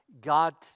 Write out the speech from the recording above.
God